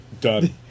Done